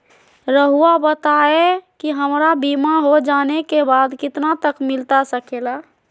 रहुआ बताइए कि हमारा बीमा हो जाने के बाद कितना तक मिलता सके ला?